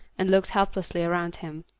and looked helplessly around him.